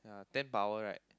ya ten power right